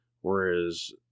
Whereas